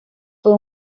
fue